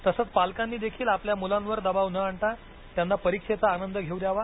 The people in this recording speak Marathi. तसंच पालकांनी देखील आपल्या मुलांवर दबाव न आणता त्यांना परीक्षेचा आनंद घेऊ द्यावा